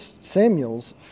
Samuel's